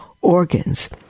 organs